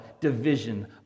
division